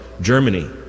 Germany